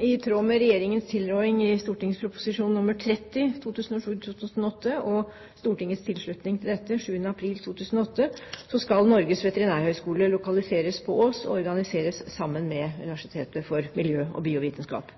I tråd med regjeringens tilråding i St.prp. nr. 30 for 2007–2008 og Stortingets tilslutning til dette 7. april 2008 skal Norges veterinærhøgskole lokaliseres på Ås og organiseres sammen med Universitetet for miljø og biovitenskap.